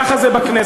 ככה זה בכנסת.